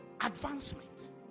advancement